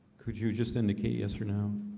could you just indicate yes or now?